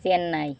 Chennai